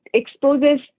exposes